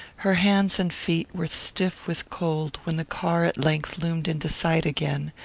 her hands and feet were stiff with cold when the car at length loomed into sight again,